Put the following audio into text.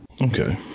Okay